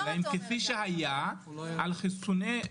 כפי שהיה על חיסוני